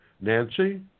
Nancy